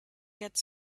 get